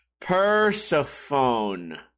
Persephone